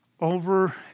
Over